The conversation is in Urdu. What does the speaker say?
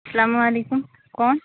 السّلام علیکم کون